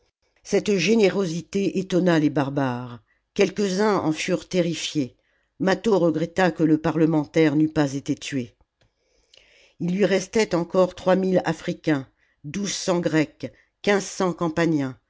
cette générosité étonna les barbares quelquesuns en furent terrifiés mâtho regretta que le parlementaire n'eût pas été tué ii lui restait encore trois mille africains douze cents grecs quinze cents